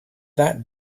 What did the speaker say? that